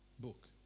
book